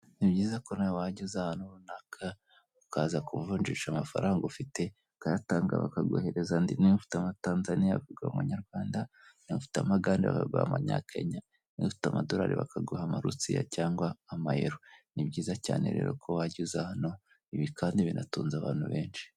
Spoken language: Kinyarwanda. Ni byiza ko nawe wajya uza ahantu runaka ukaza kuvunjisha amafaranga ufite ubwatanga bakaguhereza andi niyo mfite amatanzania, bakaguha abanyarwanda, niba ufite amagande, bakaguha amanyakenya, ufite amadorari bakaguha amarusiya cyangwa amayero ni byiza cyane rero ko wajya uza hano ibi kandi binatunze abantu benshi.